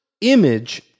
image